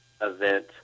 event